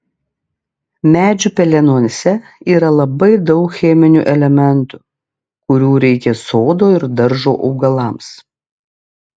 medžių pelenuose yra labai daug cheminių elementų kurių reikia sodo ir daržo augalams